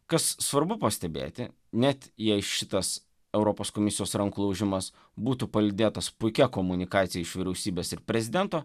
kas svarbu pastebėti net jei šitas europos komisijos rankų laužimas būtų palydėtas puikia komunikacija iš vyriausybės ir prezidento